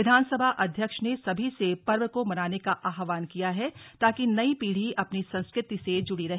विधानसभा अध्यक्ष ने सभी से पर्व को मनाने का आह्वान किया है ताकि नई पीढ़ी अपनी संस्कृति से जुड़ी रहे